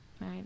Right